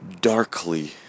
darkly